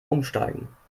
umsteigen